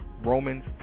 Romans